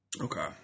Okay